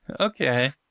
Okay